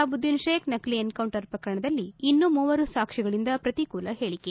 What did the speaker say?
ಸೊಹಾಬುದ್ಲಿನ್ ಶೇಖ್ ನಕಲಿ ಎನ್ಕೌಂಟರ್ ಪ್ರಕರಣದಲ್ಲಿ ಇನ್ನೂ ಮೂವರು ಸಾಕ್ಷಿಗಳಿಂದ ಪ್ರತಿಕೂಲ ಹೇಳಿಕೆ